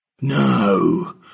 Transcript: No